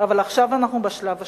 אבל עכשיו אנחנו בשלב השלישי.